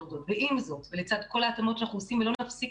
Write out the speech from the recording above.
ועם זאת ולצד כל ההתאמות שאנחנו עושים ולא נפסיק